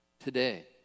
today